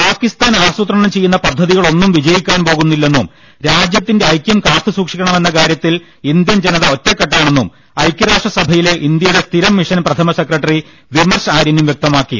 പാക്കിസ്ഥാൻ ആസൂത്രണം ചെയ്യുന്ന പദ്ധതികളൊന്നും വിജയിക്കാൻ പോകുന്നില്ലെന്നും രാജ്യത്തിന്റെ ഐക്യം കാത്ത് സൂക്ഷിക്കണമെന്ന കാര്യത്തിൽ ഇന്ത്യൻ ജനത ഒറ്റ ക്കെട്ടാണെന്നും ഐക്യരാഷ്ട്രസഭയിലെ ഇന്ത്യയുടെ സ്ഥിരം മിഷൻ പ്രഥമ സെക്രട്ടറി വിമർശ് ആര്യനും വ്യക്തമാക്കി